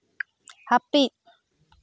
ᱦᱟᱹᱯᱤᱫ